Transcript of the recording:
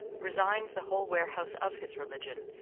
resigns the whole warehouse of his religion,